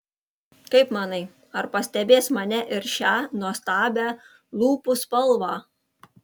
kaip manai ar pastebės mane ir šią nuostabią lūpų spalvą